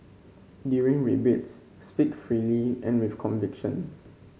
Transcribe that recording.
during debates speak freely and with conviction